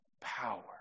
power